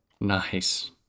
Nice